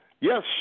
Yes